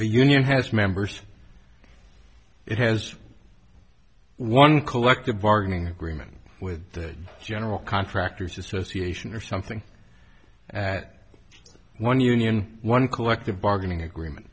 a union has members it has one collective bargaining agreement with the general contractors association or something at one union one collective bargaining agreement